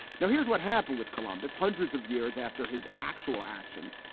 now, here's what happened with colombia's hundreds of years after his actual actions.